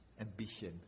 ambition